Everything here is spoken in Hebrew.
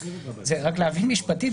רק להבין משפטית,